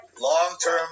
long-term